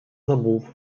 забув